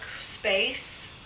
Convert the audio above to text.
space